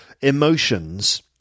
emotions